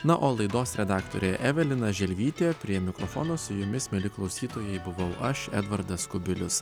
na o laidos redaktorė evelina želvytė prie mikrofono su jumis mieli klausytojai buvau aš edvardas kubilius